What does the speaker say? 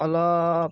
অলপ